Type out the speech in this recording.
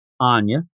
Anya